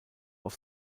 auf